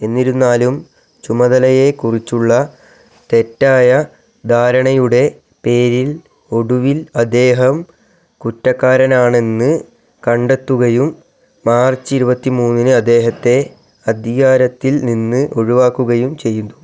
എന്നിരുന്നാലും ചുമതലയെക്കുറിച്ചുള്ള തെറ്റായ ധാരണയുടെ പേരിൽ ഒടുവിൽ അദ്ദേഹം കുറ്റക്കാരനാണെന്ന് കണ്ടെത്തുകയും മാർച്ച് ഇരുപത്തിമൂന്നിന് അദ്ദേഹത്തെ അധികാരത്തിൽനിന്ന് ഒഴിവാക്കുകയും ചെയ്തു